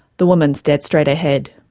the woman stared straight ahead.